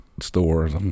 stores